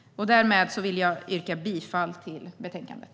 Därmed yrkar jag bifall till utskottets förslag i betänkandet.